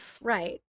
Right